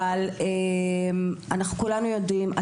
אבל אנחנו כולנו יודעים,